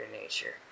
nature